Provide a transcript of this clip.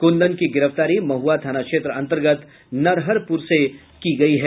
कुंदन की गिरफ्तारी महुआ थाना क्षेत्र अन्तर्गत नरहरपुर से की गयी है